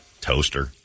toaster